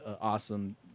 awesome